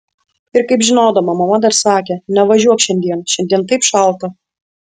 ir kaip žinodama mama dar sakė nevažiuok šiandien šiandien taip šalta